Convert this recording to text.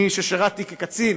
אני, ששירתּי כקצין